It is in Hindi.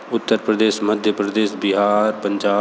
उत्तर प्रदेश मध्य प्रदेश बिहार पंजाब